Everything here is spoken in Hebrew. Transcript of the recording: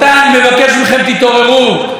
תודה רבה לחבר הכנסת אורן אסף חזן.